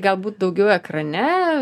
galbūt daugiau ekrane